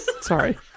Sorry